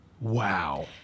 Wow